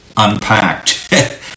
unpacked